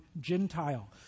Gentile